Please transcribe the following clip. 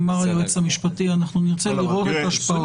אמר היועץ המשפטי, אנחנו נרצה לראות את ההשפעות.